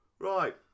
Right